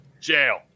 Jail